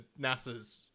NASA's